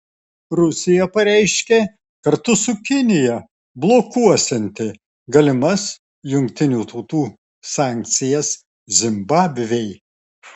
rusija pareiškė kartu su kinija blokuosianti galimas jungtinių tautų sankcijas zimbabvei